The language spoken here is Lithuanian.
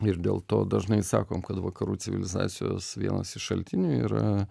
ir dėl to dažnai sakom kad vakarų civilizacijos vienas iš šaltinių yra